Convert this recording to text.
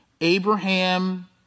Abraham